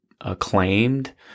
acclaimed